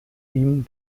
ihm